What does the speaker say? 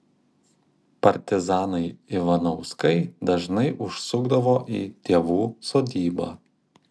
partizanai ivanauskai dažnai užsukdavo į tėvų sodybą